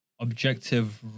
Objective